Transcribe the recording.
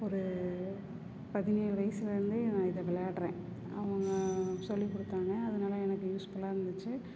ஒரு பதினேழு வயசில் இருந்தே நான் இதை விளையாடுறேன் அவங்க சொல்லிக் கொடுத்தாங்க அதனால எனக்கு யூஸ்ஃபுல்லாக இருந்துச்சு